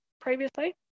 previously